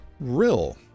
Rill